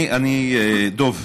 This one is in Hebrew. דב,